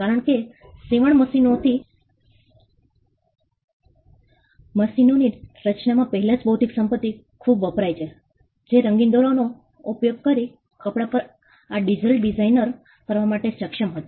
કારણ કે સીવણ મશીનોની રચનામાં પહેલાં જ બૌદ્ધિક સંપત્તિ ખુબ વપરાઈ છે જે રંગીન દોરાઓનો ઉપયોગ કરીને કપડા પર આ જટિલ ડિઝાઇન કરવા માટે સક્ષમ હતી